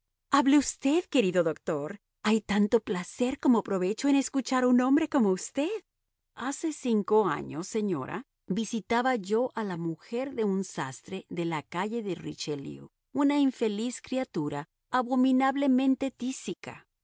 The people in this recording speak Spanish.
hable usted querido doctor hay tanto placer como provecho en escuchar a un hombre como usted hace cinco años señora visitaba yo a la mujer de un sastre de la calle de richelieu una infeliz criatura abominablemente tísica